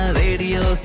radio